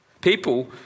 People